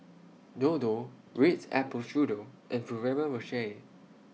Dodo Ritz Apple Strudel and Ferrero Rocher